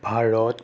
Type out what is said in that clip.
Bharat